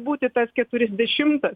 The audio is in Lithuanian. būti tas keturiasdešimtas